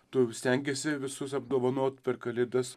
tu stengiesi visus apdovanot per kalėdas